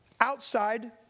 outside